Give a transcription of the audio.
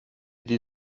die